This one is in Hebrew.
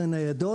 ניידות.